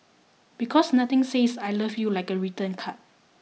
because nothing says I love you like a written card